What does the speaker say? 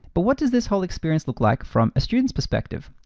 but what does this whole experience look like from a student's perspective?